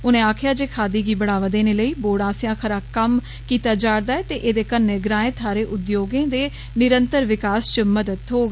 उनें आक्खेआ जे खादी गी बढ़ावा देने लेई बोर्ड आस्सेआ खरा कम्म कीता जा'रदा ऐ ते एहदे कन्नै ग्रांए थाहरें उद्योगें दे निरन्तर विकास च मदद थ्होग